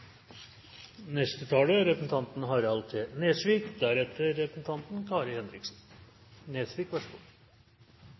neste taler representanten Knut Arild Hareide, og deretter representanten